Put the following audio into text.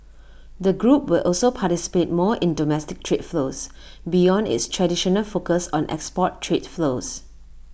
the group will also participate more in domestic trade flows beyond its traditional focus on export trade flows